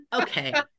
okay